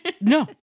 No